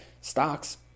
stocks